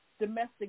domestic